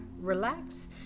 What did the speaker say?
relax